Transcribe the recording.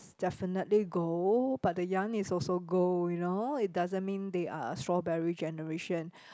definitely gold but the young is also gold you know it doesn't mean they are strawberry generation